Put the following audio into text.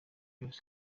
byose